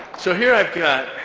so, here i've got.